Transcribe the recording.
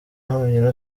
honyine